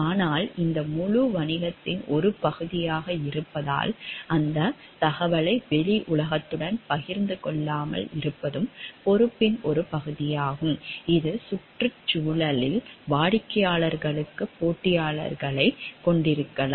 ஆனால் இந்த முழு வணிகத்தின் ஒரு பகுதியாக இருப்பதால் அந்த தகவலை வெளி உலகத்துடன் பகிர்ந்து கொள்ளாமல் இருப்பதும் பொறுப்பின் ஒரு பகுதியாகும் இது சுற்றுச்சூழலில் வாடிக்கையாளர்களுக்கு போட்டியாளர்களைக் கொண்டிருக்கலாம்